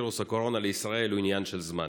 וירוס קורונה לישראל היא עניין של זמן.